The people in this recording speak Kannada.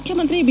ಮುಖ್ಯಮಂತ್ರಿ ಬಿ